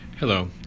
Hello